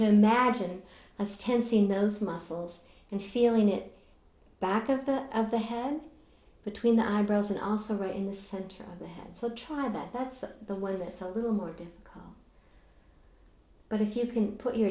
to magine a stance in those muscles and feeling it back of the of the head between the eyebrows and also right in the center of the head so try that that's the one that's a little more difficult but if you can put your